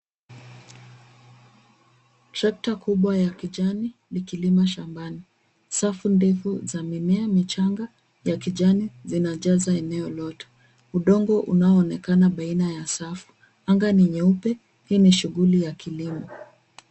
Trakta kubwa ya kijani likilima shambani. Safu ndefu za mimea michanga ya kijani zinajaza eneo lote. Udongo unaonekana baina ya safu. Anga ni nyeupe. Hii ni shughuli ya kilimo.